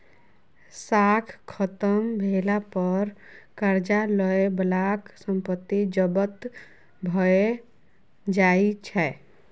साख खत्म भेला पर करजा लए बलाक संपत्ति जब्त भए जाइ छै